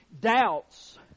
doubts